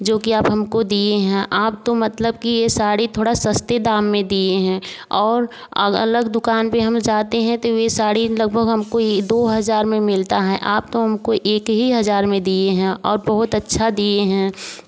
जो कि आप हमको दिए हैं आप तो मतलब कि ये साड़ी थोड़ा सस्ते दाम में दिए हैं और अलग दुकान पे हमें जाते हैं तो वे साड़ी लगभग हमको इ दो हज़ार में मिलता है आप तो हमको एक ही हज़ार में दिए हैं और बहुत अच्छा दिए हैं